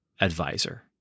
advisor